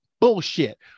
Bullshit